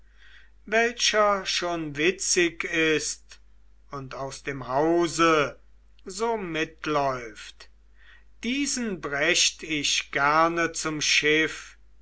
welcher schon witzig ist und aus dem hause so mitläuft diesen brächt ich gerne zum schiff